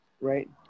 right